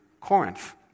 Corinth